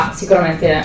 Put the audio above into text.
sicuramente